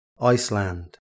Iceland